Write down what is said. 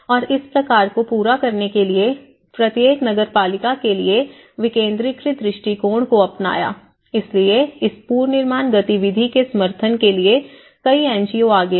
और इस प्रकार को पूरा करने के लिए प्रत्येक नगरपालिका के लिए विकेन्द्रीकृत दृष्टिकोण को अपनाया इसलिए इस पुनर्निर्माण गतिविधि के समर्थन के लिए कई एन जी ओ आगे आए